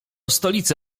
stolicy